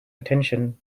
attention